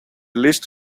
list